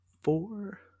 four